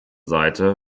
seite